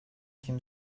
kim